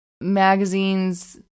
Magazines